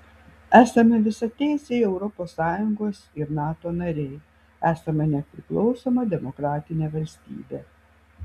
esame visateisiai europos sąjungos ir nato nariai esame nepriklausoma demokratinė valstybė